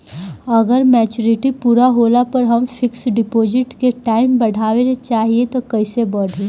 अगर मेचूरिटि पूरा होला पर हम फिक्स डिपॉज़िट के टाइम बढ़ावे के चाहिए त कैसे बढ़ी?